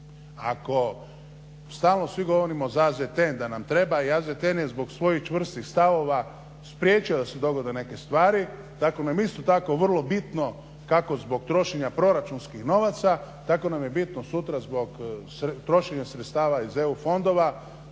Ako stalno svi govorimo za AZTN da nam treba i AZTN je zbog svojih čvrstih stavova spriječio da se dogode neke stvari, tako nam je isto tako vrlo bitno kako zbog trošenja proračunskih novaca, tako nam je bitno sutra zbog trošenja sredstava iz EU fondova